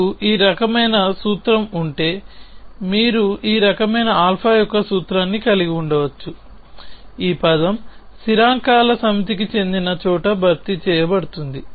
మీకు ఈ రకమైన సూత్రం ఉంటే మీరు ఈ రకమైన α యొక్క సూత్రాన్ని కలిగి ఉండవచ్చు ఈ పదం స్థిరాంకాల సమితికి చెందిన చోట భర్తీ చేయబడుతుంది